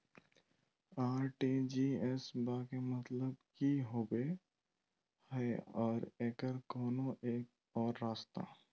RTGS बा के मतलब कि होबे हय आ एकर कोनो और रस्ता?